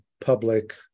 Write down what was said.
public